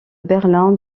berlin